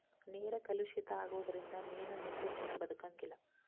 ನೇರ ಕಲುಷಿತ ಆಗುದರಿಂದ ಮೇನು ಹೆಚ್ಚದಿನಾ ಬದಕಂಗಿಲ್ಲಾ